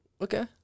Okay